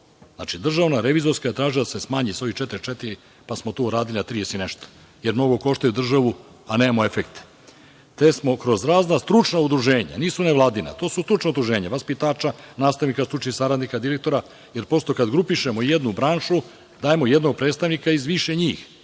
Znači, DRI je tražila da se smanji sa ovih 44, pa smo to uradili na 30 i nešto, jer mnogo koštaju državu, a nemamo efekte, te smo kroz razna stručna udruženja, nisu nevladina, to su stručna udruženja vaspitača, nastavnika, stručnih saradnika, direktora, jer prosto, kad grupišemo jednu branšu, dajemo jednog predstavnika iz više njih,